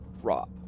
drop